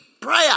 prayer